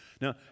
Now